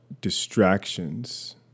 distractions